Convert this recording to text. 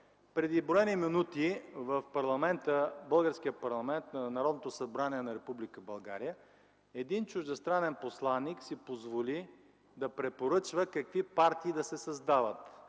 Преди броени минути в българския парламент – Народното събрание на Република България, един чуждестранен посланик си позволи да препоръчва какви партии да се създават.